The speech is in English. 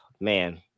man